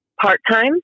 part-time